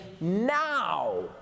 Now